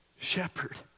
shepherd